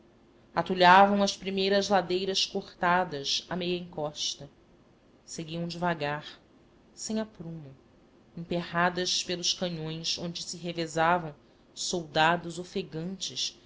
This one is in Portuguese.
vagarosamente atulhavam as primeiras ladeiras cortadas a meia encosta seguiam devagar sem aprumo emperradas pelos canhões onde se revezavam soldados ofegantes